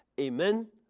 amen.